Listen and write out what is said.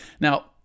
Now